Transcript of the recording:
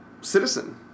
citizen